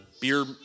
beer